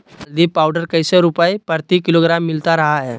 हल्दी पाउडर कैसे रुपए प्रति किलोग्राम मिलता रहा है?